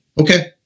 Okay